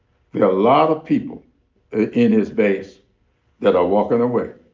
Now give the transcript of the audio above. a lot of people in his base that are walking away.